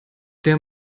der